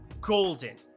golden